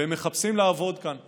והם מחפשים לעבוד כאן.